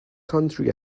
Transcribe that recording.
country